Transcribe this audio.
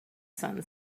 sun